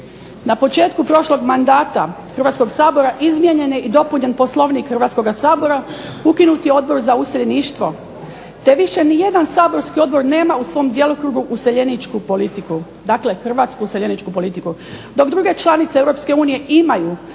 Na početku prošlog mandata Hrvatskoga sabora izmijenjen je i dopunjen Poslovnik Hrvatskoga sabora, ukinut je odbor za useljeništvo te više nijedan saborski odbor nema u svom djelokrugu useljeničku politiku, dakle hrvatsku useljeničku politiku. Dok druge članice Europske